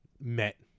met